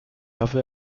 avait